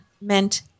meant